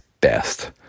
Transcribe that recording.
best